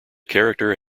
character